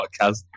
podcast